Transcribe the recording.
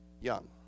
young